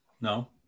No